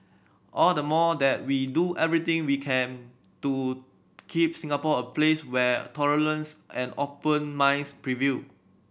all the more that we do everything we can to keep Singapore a place where tolerance and open minds prevail